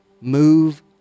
Move